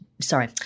Sorry